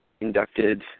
inducted